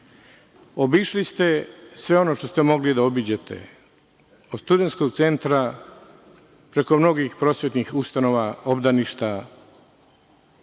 Obišli ste sve ono što ste mogli da obiđete, od Studentskog centra, preko mnogih prosvetnih ustanova, obdaništa,